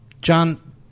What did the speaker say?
John